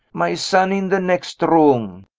my son in the next room,